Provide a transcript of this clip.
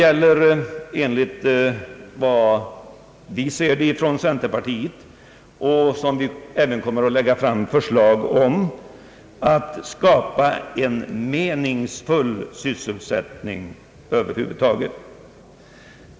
Så som vi ser det från centerpartiet och även kommer att föreslå gäller det att skapa en meningsfull sysselsättning över huvud taget.